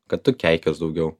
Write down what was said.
kad tu keikies daugiau